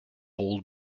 old